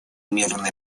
мирный